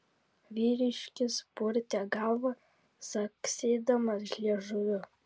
vyriškis purtė galvą caksėdamas liežuviu